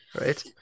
Right